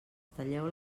talleu